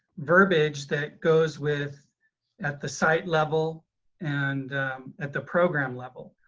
verbiage that goes with at the site level and at the program level.